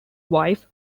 wife